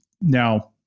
Now